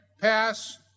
pass